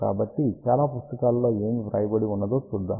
కాబట్టి చాలా పుస్తకాలలో ఏమి వ్రాయబడివున్నదో చూద్దాం